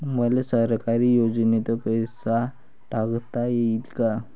मले सरकारी योजतेन पैसा टाकता येईन काय?